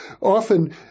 often